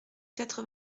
quatre